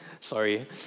sorry